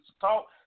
Talk